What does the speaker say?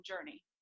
journey